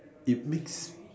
it makes